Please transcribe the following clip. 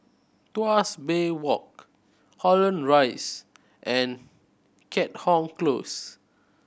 Tuas Bay Walk Holland Rise and Keat Hong Close